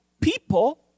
people